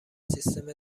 سیستم